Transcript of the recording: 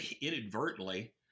inadvertently